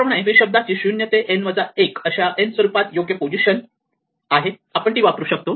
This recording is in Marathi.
त्याचप्रमाणे v शब्दाची 0 ते n वजा 1 अशी n स्वरूपात योग्य पोझिशन आहे आपण ती वापरू शकतो